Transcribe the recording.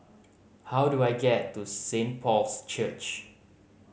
how do I get to Saint Paul's Church